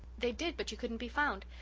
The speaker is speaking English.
they did but you couldn't be found.